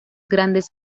grandes